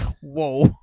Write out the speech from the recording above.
whoa